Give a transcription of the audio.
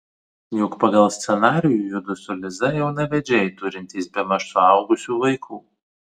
juk pagal scenarijų judu su liza jaunavedžiai turintys bemaž suaugusių vaikų